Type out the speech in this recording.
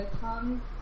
come